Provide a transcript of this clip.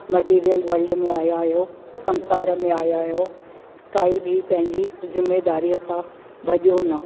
material world में आयां आहियो संसार में आयां आहियो काई बि पंहिंजी ज़िमेदारी सां भॼो न